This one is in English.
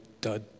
dud